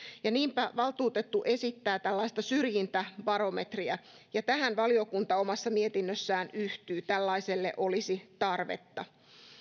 niinpä valtuutettu esittää tällaista syrjintäbarometriä ja tähän valiokunta omassa mietinnössään yhtyy tällaiselle olisi tarvetta